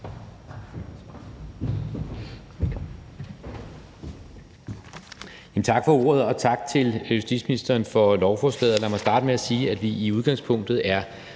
Tak for ordet, og tak til justitsministeren for lovforslaget. Lad mig starte med at sige, at vi i udgangspunktet er